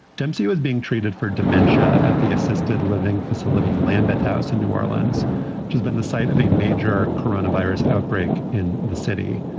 dempsey was being treated for dementia at the assisted living facility lambeth house in new orleans, which has been the site of a major coronavirus outbreak in the city.